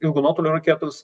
ilgo nuotolio raketos